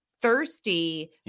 thirsty